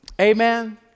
Amen